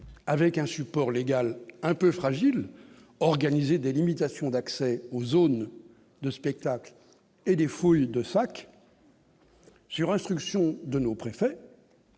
avec un support légal un peu fragile, organiser des limitations d'accès aux zones de spectacles et des fouilles de sacs. Sur instruction de nos préfets